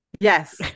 Yes